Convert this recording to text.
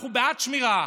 אנחנו בעד שמירה.